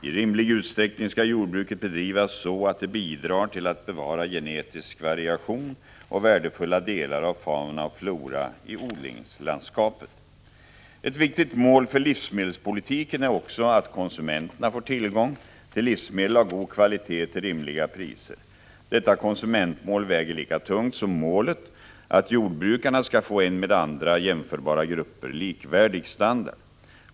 I rimlig utsträckning skall jordbruket bedrivas så att det bidrar till att bevara genetisk variation och värdefulla delar av fauna och flora i odlingslandskapet. Ett viktigt mål för livsmedelspolitiken är också att konsumenterna får tillgång till livsmedel av god kvalitet till rimliga priser. Detta konsumentmål väger lika tungt som målet att jordbrukarna skall få en med andra jämförbara grupper likvärdig standard.